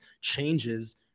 changes